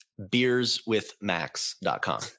Beerswithmax.com